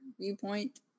viewpoint